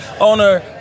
owner